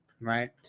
right